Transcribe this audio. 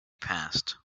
passed